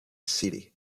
city